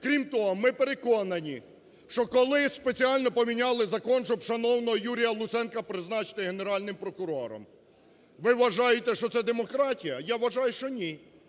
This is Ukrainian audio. Крім того, ми переконані, що коли спеціально поміняли закон, щоб шановного Юрія Луценка призначити Генеральним прокурором. Ви вважаєте, що це демократія? Я вважаю, що ні,